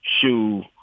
shoe